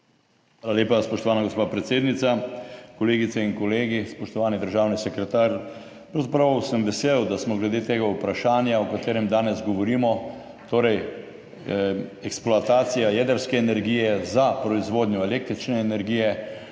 lepa, spoštovana gospa predsednica. Kolegice in kolegi, spoštovani državni sekretar! Pravzaprav sem vesel, da smo glede tega vprašanja, o katerem danes govorimo, torej eksploatacija jedrske energije za proizvodnjo električne energije,